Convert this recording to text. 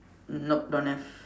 nope don't have